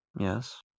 Yes